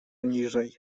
niżej